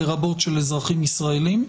לרבות של אזרחים ישראלים?